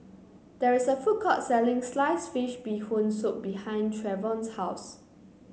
there is a food court selling Sliced Fish Bee Hoon Soup behind Trevon's house